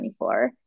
2024